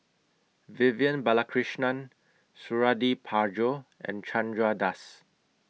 Vivian Balakrishnan Suradi Parjo and Chandra Das